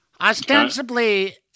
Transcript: ostensibly